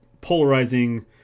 polarizing